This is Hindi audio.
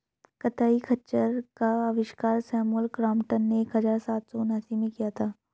कताई खच्चर का आविष्कार सैमुअल क्रॉम्पटन ने एक हज़ार सात सौ उनासी में किया था